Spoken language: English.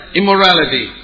immorality